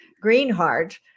Greenheart